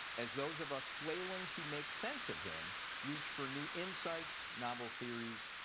as those of us flailing to make sense of him reach for new insights, novel theories,